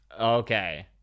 Okay